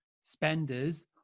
spenders